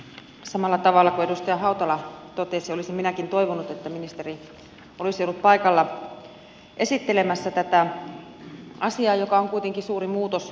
samalla tavalla kuin edustaja hautala totesi olisin minäkin toivonut että ministeri olisi ollut paikalla esittelemässä tätä asiaa joka on kuitenkin suuri muutos maatalouden tuottajille